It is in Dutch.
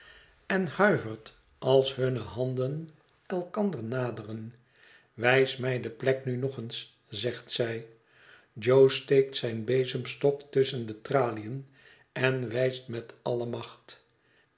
en huivert als hunne handen elkander naderen wijs mij de plek nu nog eens zegt zij jo steekt zijn bezemstok tusschen de traliën en wijst met alle macht